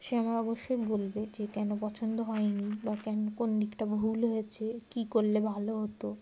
সে আমার অবশ্যই বলবে যে কেন পছন্দ হয়নি বা কেন কোন দিকটা ভুল হয়েছে কী করলে ভালো হতো